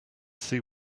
see